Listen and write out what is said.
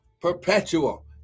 Perpetual